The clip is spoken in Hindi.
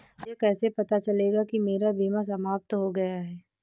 मुझे कैसे पता चलेगा कि मेरा बीमा समाप्त हो गया है?